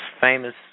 famous